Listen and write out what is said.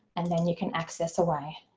and then you can access away.